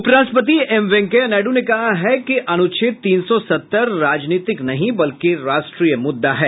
उप राष्ट्रपति एम वेंकैया नायडू ने कहा है कि अनुच्छेद तीन सौ सत्तर रानीतिक नहीं बल्कि राष्ट्रीय मुद्दा है